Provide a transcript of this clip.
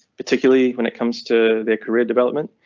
particularly when it comes to their career development,